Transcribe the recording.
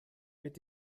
mit